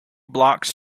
blocks